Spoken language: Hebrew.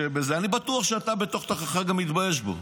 ואני בטוח שאתה בתוך-תוכך גם מתבייש בו.